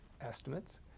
estimates